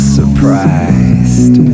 surprised